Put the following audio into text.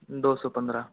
दो सौ पंद्रह